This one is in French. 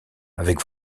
avec